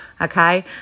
Okay